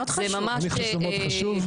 יפה, אני חושב שזה מאוד חשוב.